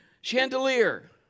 chandelier